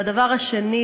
והדבר השני,